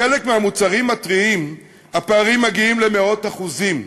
בחלק מהמוצרים הטריים הפערים מגיעים למאות אחוזים,